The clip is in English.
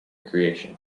creation